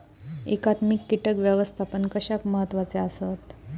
एकात्मिक कीटक व्यवस्थापन कशाक महत्वाचे आसत?